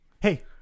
Hey